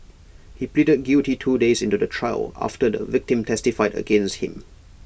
he pleaded guilty two days into the trial after the victim testified against him